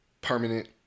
permanent